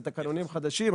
זה תקנונים חדשים.